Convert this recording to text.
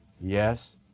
yes